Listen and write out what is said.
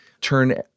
turn